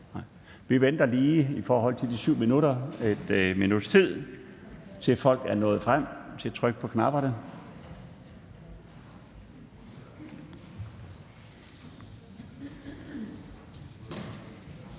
Vi venter lige et minuts tid, til folk er nået frem til at trykke på knapperne.